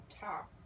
top